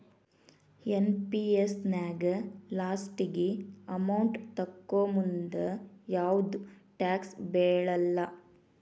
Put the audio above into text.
NPS ನ್ಯಾಗ ಲಾಸ್ಟಿಗಿ amount ತೊಕ್ಕೋಮುಂದ ಯಾವ್ದು ಟ್ಯಾಕ್ಸ್ ಬೇಳಲ್ಲ